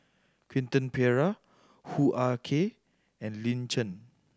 Quentin Pereira Hoo Ah Kay and Lin Chen